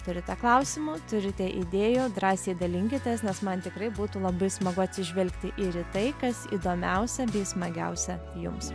turite klausimų turite idėjų drąsiai dalinkitės nes man tikrai būtų labai smagu atsižvelgti ir į tai kas įdomiausia bei smagiausia jums